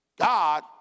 God